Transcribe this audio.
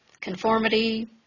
conformity